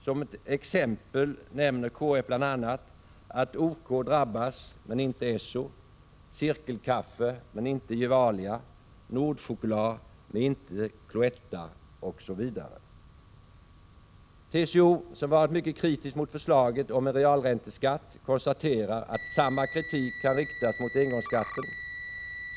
Som exempel nämner KF bl.a. att OK drabbas men inte Esso, Cirkelkaffe, Gevalia, Nordchoklad, Cloetta osv. TCO, som var mycket kritiskt mot förslaget om en realränteskatt, konstaterar att samma kritik kan riktas mot engångsskatten.